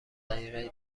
دقیقه